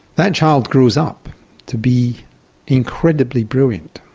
that child grows up to be incredibly brilliant.